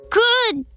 good